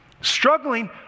Struggling